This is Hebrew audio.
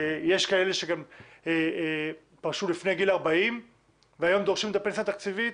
יש כאלה שגם פרשו לפני גיל 40 והיום דורשים את הפנסיה התקציבית,